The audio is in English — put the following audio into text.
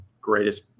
greatest